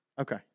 Okay